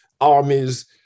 armies